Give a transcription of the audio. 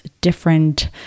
different